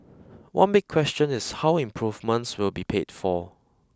one big question is how improvements will be paid for